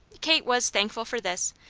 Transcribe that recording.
kate was thankful for this,